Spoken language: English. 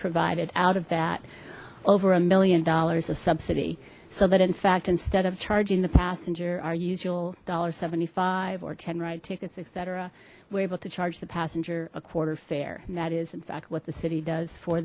provided out of that over a million dollars of subsidy so that in fact instead of charging the passenger our usual dollar seventy five or ten ride tickets etc were able to charge the passenger a quarter fare and that is in fact what the city does for